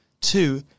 Two